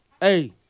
Hey